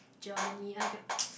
Germany I like can